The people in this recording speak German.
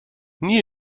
nie